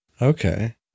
okay